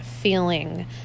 feeling